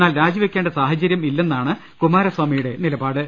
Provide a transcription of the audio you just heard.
എന്നാൽ രാജിവെക്കേണ്ട സാഹചര്യമില്ലെന്നാണ് കുമാര സ്വാമിയുടെ നിലപാട്